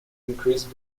increase